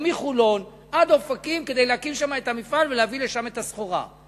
מחולון עד אופקים כדי להקים שם מפעל ולהביא לשם את הסחורה?